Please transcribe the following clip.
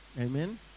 Amen